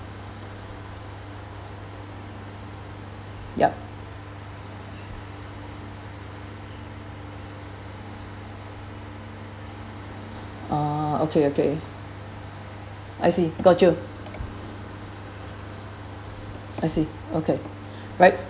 yup uh okay okay I see got you I see okay right